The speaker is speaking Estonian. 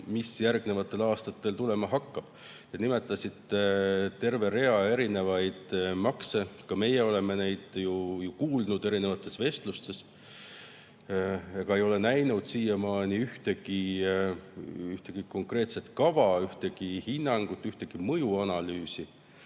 mis järgnevatel aastatel tulema hakkab. Te nimetasite terve rea erinevaid makse. Ka meie oleme neist ju kuulnud erinevates vestlustes, aga ei ole näinud siiamaani ühtegi konkreetset kava, ühtegi hinnangut, ühtegi mõjuanalüüsi.